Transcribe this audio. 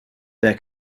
their